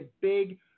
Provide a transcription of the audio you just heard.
big